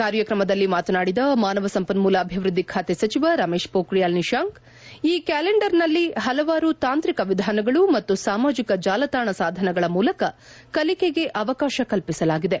ಕಾರ್ಯಕ್ರಮದಲ್ಲಿ ಮಾತನಾಡಿದ ಮಾನವ ಸಂಪನ್ಮೂಲ ಅಭಿವೃದ್ದಿ ಖಾತೆ ಸಚಿವ ರಮೇಶ್ ಪೋಖ್ರಿಯಾಲ್ ನಿಶಾಂಕ್ ಈ ಕ್ಯಾಲೆಂಡರ್ನಲ್ಲಿ ಹಲವಾರು ತಾಂತ್ರಿಕ ವಿಧಾನಗಳು ಮತ್ತು ಸಾಮಾಜಿಕ ಜಾಲತಾಣ ಸಾಧನಗಳ ಮೂಲಕ ಕಲಿಕೆಗೆ ಅವಕಾಶ ಕಲ್ಪಿಸಲಾಗಿದೆ